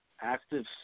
active